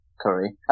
Curry